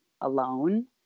alone